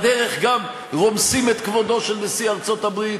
בדרך גם רומסים את כבודו של נשיא ארצות-הברית.